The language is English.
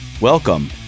Welcome